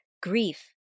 grief